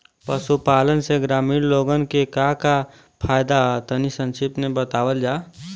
पशुपालन से ग्रामीण लोगन के का का फायदा ह तनि संक्षिप्त में बतावल जा?